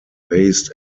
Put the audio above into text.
based